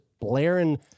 blaring